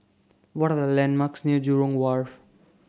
What Are The landmarks near Jurong Wharf